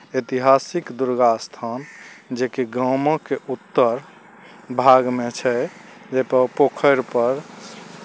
ऐतिहासिक दुर्गास्थान जेकि गामक उत्तर भागमे छै जाहिपर पोखरिपर